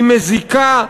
היא מזיקה,